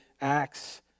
Acts